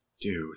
Dude